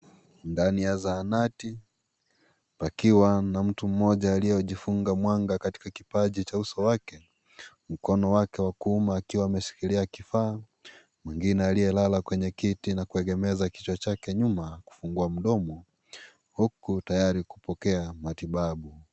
Ndani ya zahanati, pakiwa na mtu mmoja aliyejifunga mwanga katika kipaji cha uso wake. Mkono wake wa kuume akiwa ameshikilia kifaa, mwingine aliyelala kwenye kiti na kuegemeza kichwa chake nyuma na kufungua mdomo, huku, tayari kupokea matibabu.